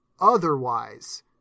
otherwise